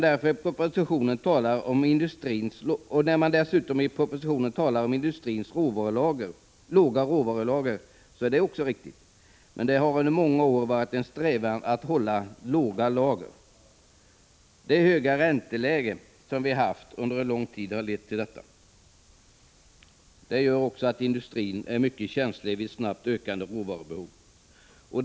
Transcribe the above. Departementschefen talar i propositionen om att industrin har små råvarulager. Det är riktigt, men det har under många år varit en strävan att hålla små lager. Det höga ränteläge som vi har haft under lång tid har också lett till små lager. Detta gör att industrin är mycket känslig vid snabbt ökande råvarubehov.